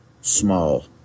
small